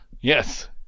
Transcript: Yes